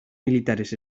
militares